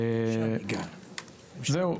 זהו.